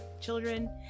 children